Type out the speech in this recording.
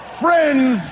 friends